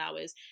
hours